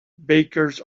bakers